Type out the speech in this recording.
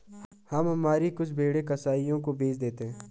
हम हमारी कुछ भेड़ें कसाइयों को बेच देते हैं